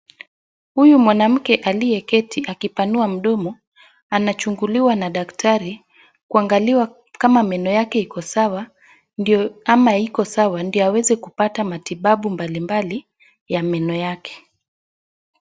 Huyu mwanamke aliyeketi akipanua mdomo ana chunguliwa na daktari kuangaliwa kama meno yake iko sawa ama haiko sawa, ndiyo aweze kupata matibabu mbalimbali ya meno yake.